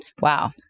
Wow